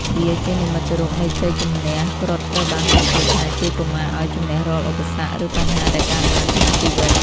វាជានិមិត្តរូបនៃជ័យជំនះ គ្រុឌត្រូវបានគេជឿថាជួយកុមារឱ្យជម្នះរាល់ឧបសគ្គ ឬបញ្ហាដែលកើតឡើងក្នុងជីវិត។